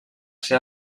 ser